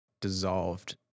dissolved